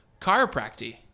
chiropractic